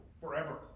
forever